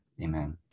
amen